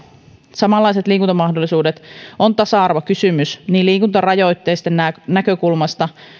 samanlaiset liikuntamahdollisuudet on tasa arvokysymys liikuntarajoitteisten näkökulmasta